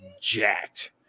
jacked